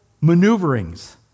maneuverings